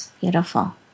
Beautiful